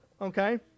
okay